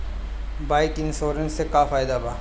Bike insurance से का फायदा बा?